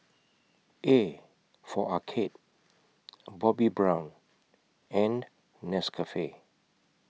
A For Arcade Bobbi Brown and Nescafe